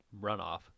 runoff